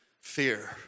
fear